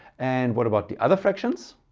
and what about the other fractions?